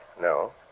No